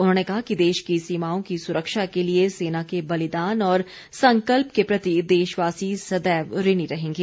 उन्होंने कहा कि देश की सीमाओं की सुरक्षा के लिए सेना के बलिदान और संकल्प के प्रति देशवासी सदैव ऋणी रहेंगे